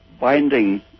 binding